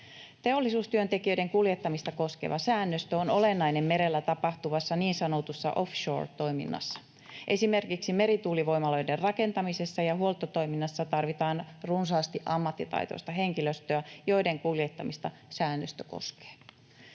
Teollisuustyöntekijöiden kuljettamista koskeva säännöstö on olennainen merellä tapahtuvassa niin sanotussa offshore-toiminnassa. Esimerkiksi merituulivoimaloiden rakentamisessa ja huoltotoiminnassa tarvitaan runsaasti ammattitaitoista henkilöstöä, jonka kuljettamista säännöstö koskee.